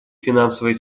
финансовая